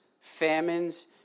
famines